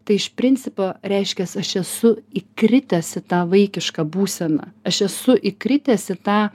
tai iš principo reiškias aš esu įkritęs į tą vaikišką būseną aš esu įkritęs į tą